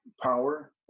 power